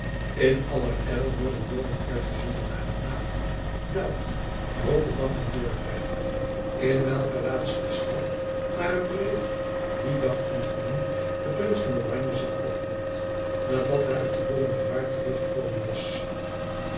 in allerijl worden boden uitgezonden naar den haag delft rotterdam en dordrecht in welke laatste stad naar een bericht dien dag ontvangen de prins van oranje zich ophield nadat hij uit de bommelerwaard terug gekomen was